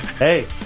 Hey